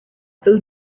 food